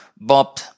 Bob